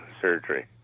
surgery